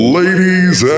ladies